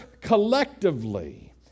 collectively